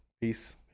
Peace